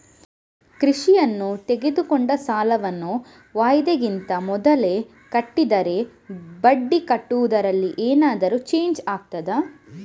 ಕೃಷಿಕನು ತೆಗೆದುಕೊಂಡ ಸಾಲವನ್ನು ವಾಯಿದೆಗಿಂತ ಮೊದಲೇ ಕಟ್ಟಿದರೆ ಬಡ್ಡಿ ಕಟ್ಟುವುದರಲ್ಲಿ ಏನಾದರೂ ಚೇಂಜ್ ಆಗ್ತದಾ?